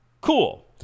cool